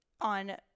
on